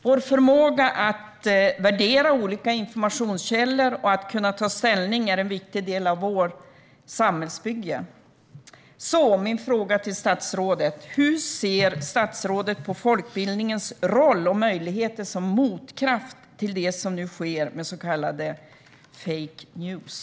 Vår förmåga att värdera olika informationskällor och kunna ta ställning är en viktig del av vårt samhällsbygge. Min fråga till statsrådet är: Hur ser statsrådet på folkbildningens roll och möjligheter som motkraft till det som nu sker med så kallade fake news?